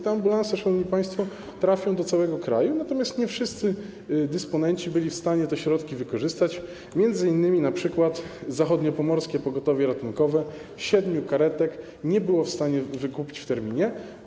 Te ambulanse, szanowni państwo, trafią do placówek w całym kraju, natomiast nie wszyscy dysponenci byli w stanie te środki wykorzystać, m.in. zachodniopomorskie pogotowie ratunkowe siedmiu karetek nie było w stanie wykupić w terminie.